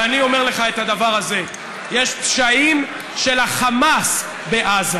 ואני אומר לך את הדבר הזה: יש פשעים של החמאס בעזה.